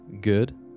good